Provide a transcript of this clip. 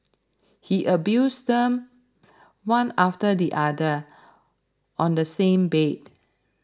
he abused them one after the other on the same bed